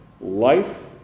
Life